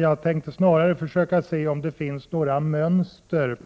Jag tänker snarare försöka se om det finns några mönster